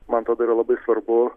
man atrodo yra labai svarbu